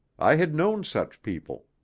i had known such people.